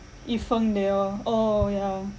yi feng they all oh yeah